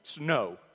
No